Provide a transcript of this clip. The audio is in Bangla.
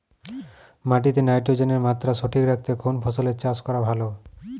মাটিতে নাইট্রোজেনের মাত্রা সঠিক রাখতে কোন ফসলের চাষ করা ভালো?